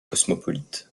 cosmopolite